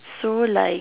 so like